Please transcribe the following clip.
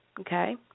Okay